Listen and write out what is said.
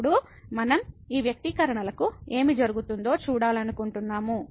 ఇప్పుడు మనం ఈ వ్యక్తీకరణలకు ఏమి జరుగుతుందో చూడాలనుకుంటున్నాము